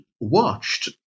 watched